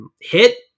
hit